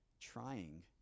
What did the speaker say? Trying